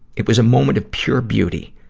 it was a moment of pure beauty.